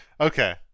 Okay